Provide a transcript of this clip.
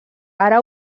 ara